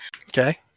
okay